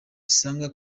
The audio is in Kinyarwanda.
usanga